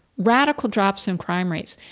radical drops in crime rates.